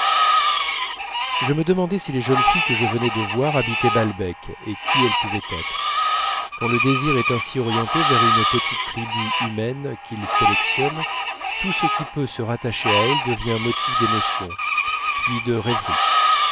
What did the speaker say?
je me demandais si les jeunes filles que je venais de voir habitaient balbec et qui elles pouvaient être quand le désir est ainsi orienté vers une petite tribu humaine qu'il sélectionne tout ce qui peut se rattacher à elle devient motif d'émotion puis de rêverie